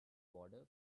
border